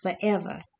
forever